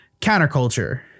counterculture